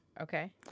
okay